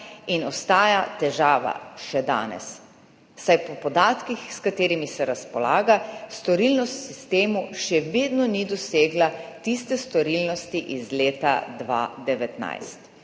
in ostaja težava še danes, saj po podatkih, s katerimi se razpolaga, storilnost v sistemu še vedno ni dosegla storilnosti iz leta 2019.